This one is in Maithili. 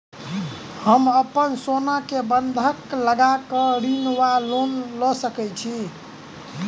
हम अप्पन सोना बंधक लगा कऽ ऋण वा लोन लऽ सकै छी?